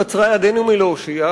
קצרה ידנו מלהושיע,